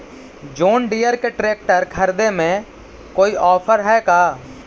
जोन Deere के tractor खरिदे में कोई औफर है का?